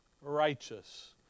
righteous